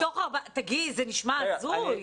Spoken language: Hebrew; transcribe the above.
זה נשמע הזוי.